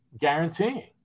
guaranteeing